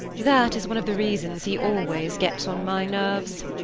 that is one of the reasons he always gets on my nerves.